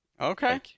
okay